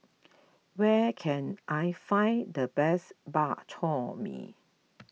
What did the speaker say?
where can I find the best Bak Chor Mee